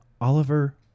Oliver